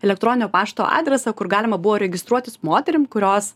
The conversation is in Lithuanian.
elektroninio pašto adresą kur galima buvo registruotis moterim kurios